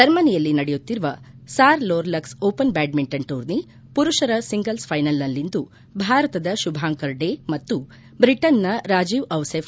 ಜರ್ಮನಿಯಲ್ಲಿ ನಡೆಯುತ್ತಿರುವ Saarlorlux open badminton tourney ಪುರುಪರ ಸಿಂಗಲ್ಸ್ ಫೈನಲ್ನಲ್ಲಿಂದು ಭಾರತದ ಶುಭಾಂಕರ್ ಡೇ ಮತ್ತು ಬ್ರಿಟನ್ನ ರಾಜೇವ್ ಔಸೆಫ